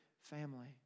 family